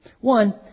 One